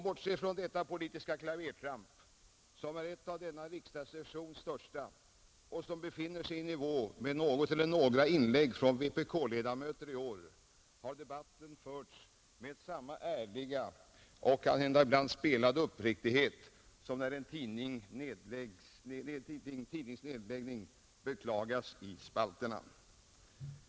Bortsett från detta politiska klavertramp, som är ett av denna riksdagssessions största och som befinner sig i nivå med något eller några inlägg från vpk-ledamöter i år, har debatten i pressfrågorna här förts med samma äkta och ibland spelade uppriktighet som när en tidnings nedläggning beklagas i spalterna.